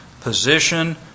position